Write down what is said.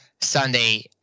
Sunday